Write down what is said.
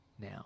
now